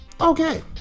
Okay